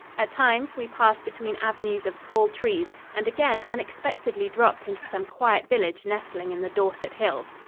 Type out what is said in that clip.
at times we passed between avenues of tall trees and again unexpectedly dropped into some quiet village nestling in the dorset hills.